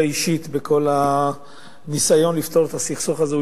אישית בכל הניסיון לפתור את הסכסוך הזה,